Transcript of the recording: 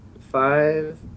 five